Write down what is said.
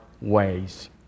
ways